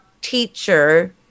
teacher